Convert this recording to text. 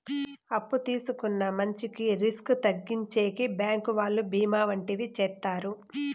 అప్పు తీసుకున్న మంచికి రిస్క్ తగ్గించేకి బ్యాంకు వాళ్ళు బీమా వంటివి చేత్తారు